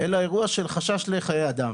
אלא אירוע של חשש לחיי אדם